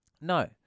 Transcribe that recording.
No